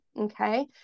okay